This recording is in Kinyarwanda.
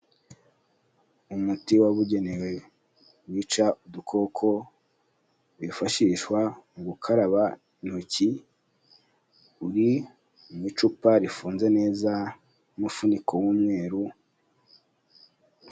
Umuti wabugenewe wica udukoko, wifashishwa mu gukaraba intoki uri mu icupa rifunze neza n'umufuniko w'umweru.